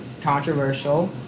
controversial